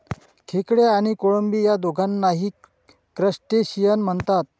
खेकडे आणि कोळंबी या दोघांनाही क्रस्टेशियन म्हणतात